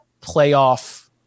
playoff